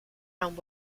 and